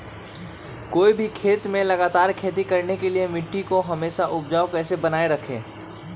कोई भी खेत में लगातार खेती करने के लिए मिट्टी को हमेसा उपजाऊ कैसे बनाय रखेंगे?